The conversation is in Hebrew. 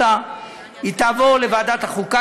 היא תעבור לוועדת החוקה,